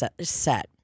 set